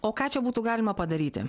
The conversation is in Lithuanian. o ką čia būtų galima padaryti